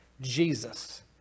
Jesus